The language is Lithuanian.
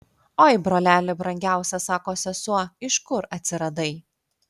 oi broleli brangiausias sako sesuo iš kur atsiradai